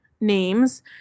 names